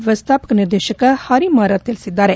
ವ್ಯವಸ್ಥಾಪಕ ನಿರ್ದೇಶಕ ಹರಿ ಮಾರರ್ ತಿಳಿಸಿದ್ದಾರೆ